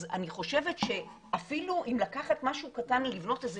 אז אני חושבת שאפילו אם לקחת משהו קטן ולבנות איזה